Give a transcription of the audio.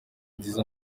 nziza